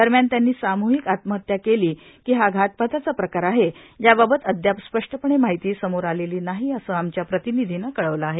दरम्यान त्यांनी साम्हिक आत्महत्या केली की हा घातपाताचा प्रकार आहे याबाबत अद्याप स्पष्टपणे माहिती समोर आलेली नाही असं आमच्या प्रतिनिधीनं कळवलं आहे